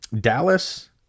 Dallas